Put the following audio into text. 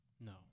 No